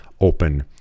open